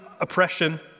oppression